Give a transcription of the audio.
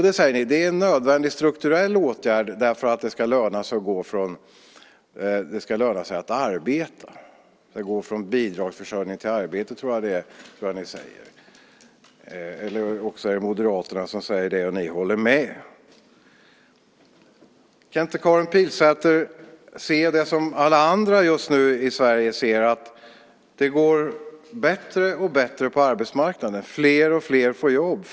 Det är en nödvändig strukturell åtgärd, säger ni, för att det ska löna sig att arbeta - att gå från bidragsförsörjning till arbete, tror jag att ni säger. Eller också är det Moderaterna som säger det och ni håller med. Kan inte Karin Pilsäter se det som alla andra i Sverige just nu ser? Det går bättre och bättre på arbetsmarknaden. Fler och fler får jobb.